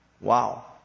Wow